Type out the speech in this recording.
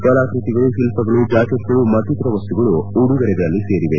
ಕಲಾಕೃತಿಗಳು ಶಿಲ್ಪಗಳು ಜಾಕೆಟ್ಗಳು ಮತ್ತಿತರ ವಸ್ತುಗಳು ಉಡುಗೊರೆಗಳಲ್ಲಿ ಸೇರಿವೆ